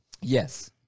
Yes